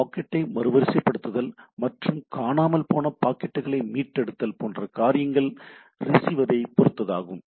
பாக்கெட்டை மறுவரிசைப்படுத்துதல் மற்றும் காணாமல் போன பாக்கெட்டுகளை மீட்டெடுத்தல் போன்ற காரியங்கள் ரிசீவரை பொருத்ததாகும்